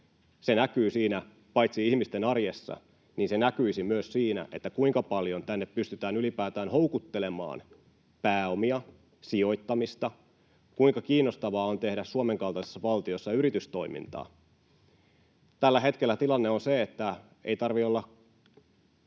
Se näkyy paitsi ihmisten arjessa myös siinä, kuinka paljon tänne pystytään ylipäätään houkuttelemaan pääomia, sijoittamista, kuinka kiinnostavaa on tehdä Suomen kaltaisessa valtiossa yritystoimintaa. Tällä hetkellä tilanne on se, että ei tarvitse olla